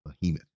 behemoth